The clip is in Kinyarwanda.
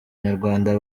nyarwanda